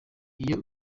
iyo